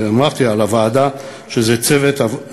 ואמרתי על הוועדה שזה צוות,